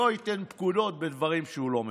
שלא ייתן פקודות בדברים שהוא לא מבין.